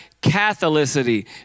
Catholicity